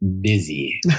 busy